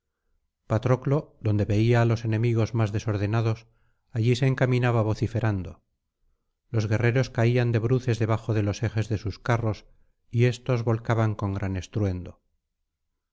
patroclo donde veía á los enemigos más desordenados allí se encaminaba vociferando los guerreros caían de bruces debajo de los ejes de sus carros y éstos volcaban con gran estruendo